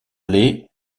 les